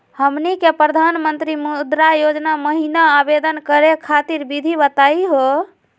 हमनी के प्रधानमंत्री मुद्रा योजना महिना आवेदन करे खातीर विधि बताही हो?